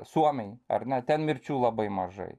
suomiai ar ne ten mirčių labai mažai